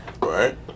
Right